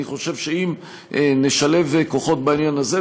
אני חושב שאם נשלב כוחות בעניין הזה,